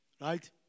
Right